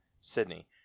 Sydney